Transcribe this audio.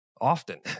often